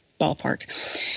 ballpark